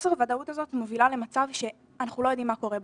חוסר הוודאות הזה מביא למצב שאנחנו לא יודעים מה קורה בעתיד,